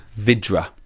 Vidra